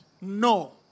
No